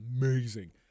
amazing